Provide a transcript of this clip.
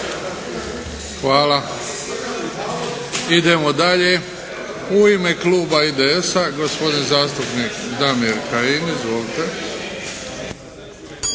Hvala. Idemo dalje. U ime kluba IDS-a gospodin zastupnik Damir Kajin. Izvolite.